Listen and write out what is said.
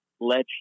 lets